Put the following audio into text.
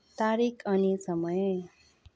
तारिक अनि समय